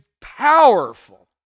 powerful